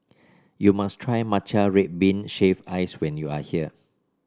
you must try Matcha Red Bean Shaved Ice when you are here